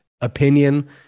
opinion